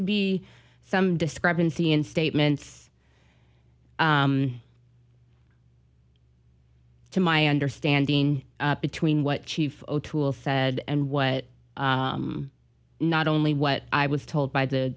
to be some discrepancy in statements to my understanding between what chief o'toole said and what not only what i was told by the